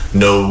no